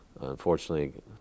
Unfortunately